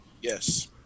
yes